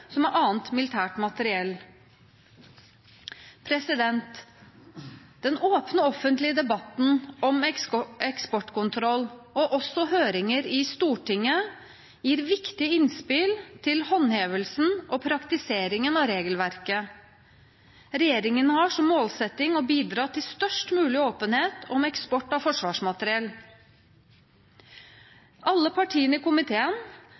Regjeringen har som målsetting å bidra til størst mulig åpenhet om eksport av forsvarsmateriell. Alle partiene i komiteen